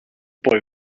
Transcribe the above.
boy